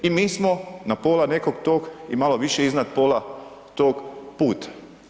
I mi smo na pola nekog tog i malo više iznad pola tog puta.